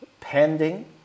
pending